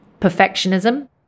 perfectionism